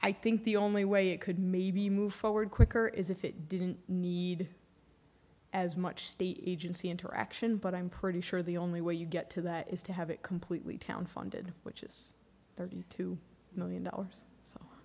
i think the only way it could maybe move forward quicker is if it didn't need as much state agency interaction but i'm pretty sure the only way you get to that is to have it completely town funded which is thirty two million dollars so